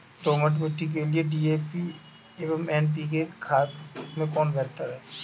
दोमट मिट्टी के लिए डी.ए.पी एवं एन.पी.के खाद में कौन बेहतर है?